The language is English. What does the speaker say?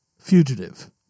Fugitive